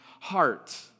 heart